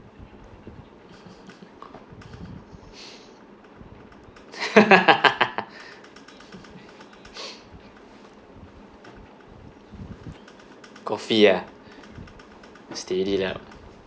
coffee ah steady lah